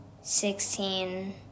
sixteen